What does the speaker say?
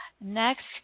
Next